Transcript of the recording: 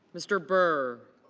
mr. burr.